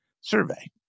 survey